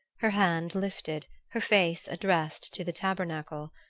her hand lifted, her face addressed to the tabernacle.